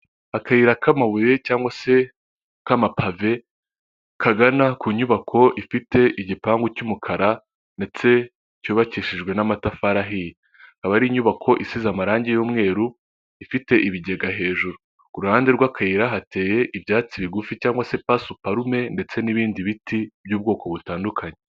Akayira k'amabuye cyangwa se k'amapave kagana ku nyubako ifite igipangu cy'umukara, ndetse cyubakishijwe n'amatafari ahiye, akaba ari inyubako isize amarangi y'umweru, ifite ibigega hejuru, ku ruhande rw'ayira hateye ibyatsi bigufi cyangwa se pasuparume ndetse n'ibindi biti by'ubwoko butandukanye.